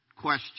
question